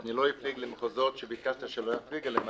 אני לא אפליג למחוזות שביקשת שלא אפליג אליהם,